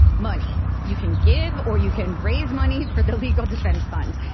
money. you can give or you can raise money for the legal defense fund.